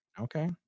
Okay